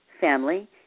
family